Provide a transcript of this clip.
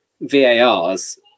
var's